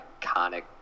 iconic